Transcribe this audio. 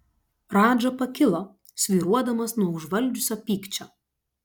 radža pakilo svyruodamas nuo užvaldžiusio pykčio